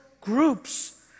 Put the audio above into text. groups